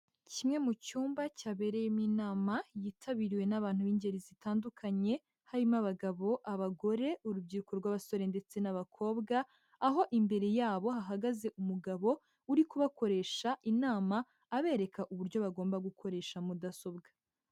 Kimwe mu cyumba cyabereyemo inama yitabiriwe n'abantu b'ingeri zitandukanye harimo abagabo, abagore, urubyiruko rw'abasore ndetse n'abakobwa, aho imbere yabo hahagaze umugabo uri kubakoresha inama, abereka uburyo bagomba gukoresha mudasobwa.